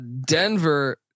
Denver